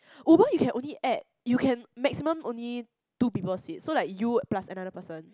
Uber you can only add you can maximum only two people sit so you plus another person